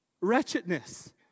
wretchedness